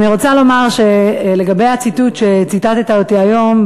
אני רוצה לומר לגבי הציטוט שציטטת אותי היום,